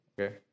okay